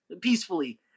peacefully